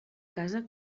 casa